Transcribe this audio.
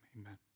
amen